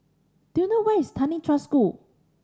do you know where is Tanglin Trust School